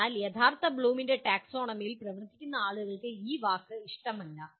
അതിനാൽ യഥാർത്ഥ ബ്ലൂമിന്റെ ടാക്സോണമിയിൽ പ്രവർത്തിക്കുന്ന ആളുകൾക്ക് ഈ വാക്ക് ഇഷ്ടമല്ല